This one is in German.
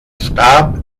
starb